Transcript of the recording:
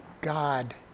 God